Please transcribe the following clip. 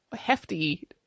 hefty